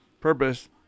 Purpose